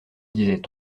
disait